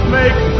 make